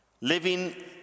living